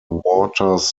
waters